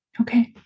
Okay